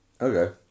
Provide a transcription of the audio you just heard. Okay